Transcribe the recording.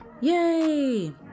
Yay